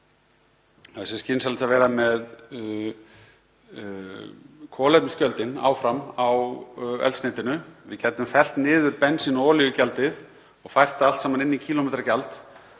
þá sé skynsamlegt að vera með kolefnisgjöldin áfram á eldsneytinu. Við gætum fellt niður bensín- og olíugjaldið og fært það allt saman inn í kílómetragjald